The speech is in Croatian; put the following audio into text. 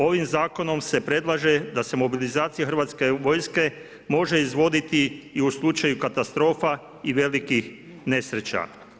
Ovim zakonom se predlaže da se mobilizacija hrvatske vojske može izvoditi i u slučaju katastrofa i velikih nesreća.